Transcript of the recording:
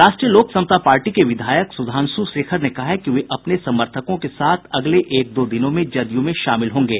राष्ट्रीय लोक समता पार्टी के विधायक सुधांश शेखर ने कहा है कि वे अपने समर्थकों के साथ अगले एक दो दिनों में जदयू में शामिल होंगे